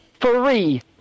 three